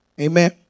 Amen